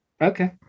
okay